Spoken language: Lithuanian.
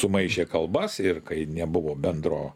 sumaišė kalbas ir kai nebuvo bendro